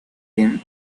him